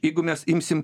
jeigu mes imsim